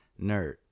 nerd